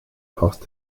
past